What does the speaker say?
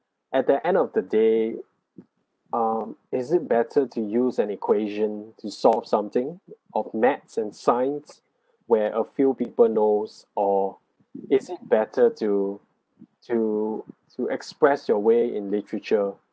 at the end of the day um is it better to use an equation to solve something of maths and science where a few people knows or is it better to to to express your way in literature